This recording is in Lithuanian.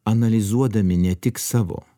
analizuodami ne tik savo